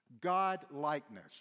God-likeness